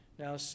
Now